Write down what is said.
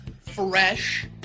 fresh